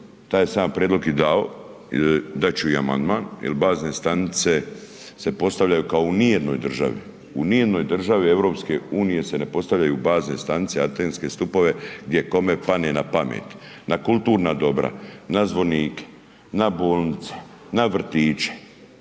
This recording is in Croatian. taj sam ja prijedlog i dao, dat ću i amandman jel bazne stanice se postavljaju kao u nijednoj državi, u nijednoj državi EU se ne postavljaju bazne stanice, atenske stupove gdje kome pane na pamet. Na kulturna dobra, na zvonike, na bolnice, na vrtiće,